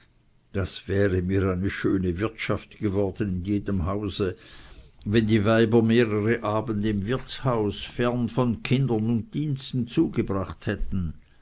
das wäre mir eine schöne wirtschaft geworden in jedem hause wenn die weiber mehrere abende im wirtshause fern von kindern und diensten zugebracht hätten